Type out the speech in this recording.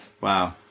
wow